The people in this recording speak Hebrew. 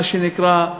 מה שנקרא,